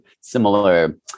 similar